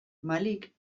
malik